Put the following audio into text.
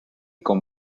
con